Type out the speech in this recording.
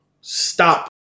stop